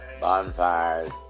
bonfires